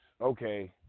Okay